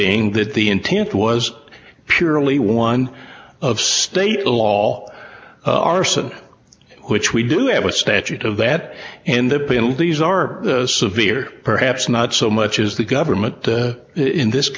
being that the intent was purely one of state law arson which we do have a statute of that and the penalties are severe perhaps not so much as the government in this